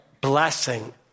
blessing